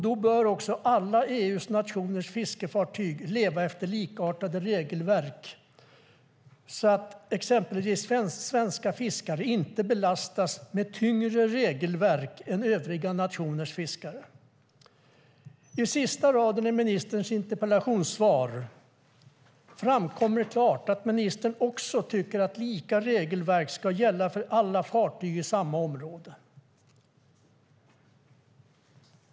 Då bör också alla EU-nationers fiskefartyg leva efter likartade regelverk så att exempelvis svenska fiskare inte belastas med tyngre regelverk än övriga nationers fiskare. I sista raden i ministerns interpellationssvar framkommer klart att ministern också tycker att lika regelverk ska gälla för alla fartyg i samma område.